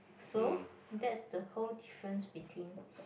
so that's the whole difference between